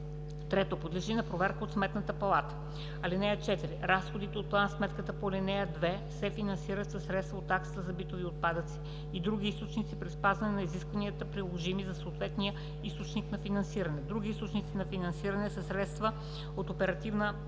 3. подлежи на проверка от Сметната палата. (4) Разходите от план-сметката по ал. 2 се финансират със средства от таксата за битови отпадъци и от други източници при спазване на изискванията, приложими за съответния източник на финансиране. Други източници на финансиране са средства от Оперативна програма